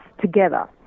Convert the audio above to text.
together